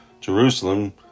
Jerusalem